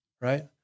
Right